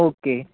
okay